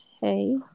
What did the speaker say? hey